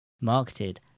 marketed